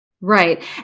Right